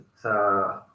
sa